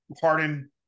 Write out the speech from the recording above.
Harden